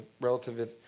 relative